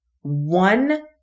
one